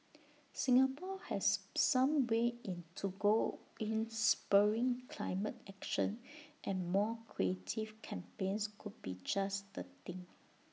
Singapore has some way in to go in spurring climate action and more creative campaigns could be just the thing